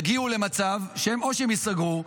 יגיעו למצב שבו או שהם ייסגרו,